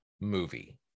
movie